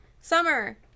Summer